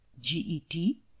G-E-T